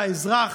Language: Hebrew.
הוא היה אזרח